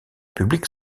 publiques